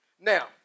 Now